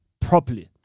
Properly